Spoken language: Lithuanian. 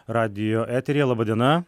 radijo eteryje laba diena